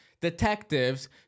detectives